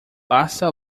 basta